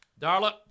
Darla